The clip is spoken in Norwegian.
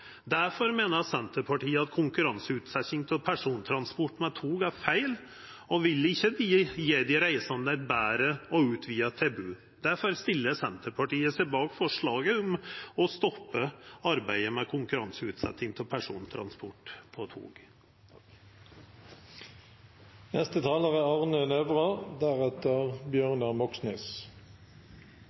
meiner Senterpartiet at konkurranseutsetjing av persontransport med tog er feil og vil ikkje gje dei reisande eit betre og utvida tilbod. Difor stiller Senterpartiet seg bak forslaget om å stoppa arbeidet med konkurranseutsetjing av persontransport på tog. Det er